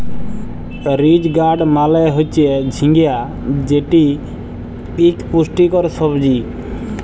ridge gourd মালে হচ্যে ঝিঙ্গা যেটি ইক পুষ্টিকর সবজি